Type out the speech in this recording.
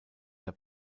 der